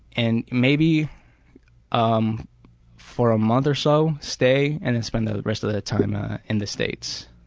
and maybe um for a month or so stay and then spend the rest of the time in the states.